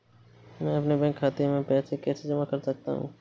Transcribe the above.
मैं अपने बैंक खाते में पैसे कैसे जमा कर सकता हूँ?